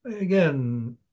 Again